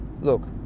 Look